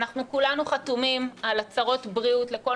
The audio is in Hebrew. אנחנו כולנו חתומים על הצהרות בריאות לכל